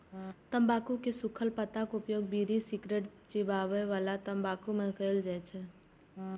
तंबाकू के सूखल पत्ताक उपयोग बीड़ी, सिगरेट, चिबाबै बला तंबाकू मे कैल जाइ छै